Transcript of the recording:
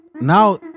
now